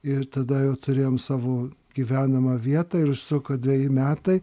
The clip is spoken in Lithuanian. ir tada jau turėjom savo gyvenamą vietą ir užtruko dveji metai